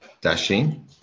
Dashing